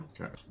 Okay